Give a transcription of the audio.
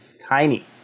tiny